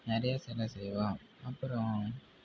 நிறையா சிலை செய்வோம் அப்புறம்